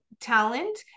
talent